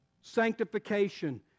sanctification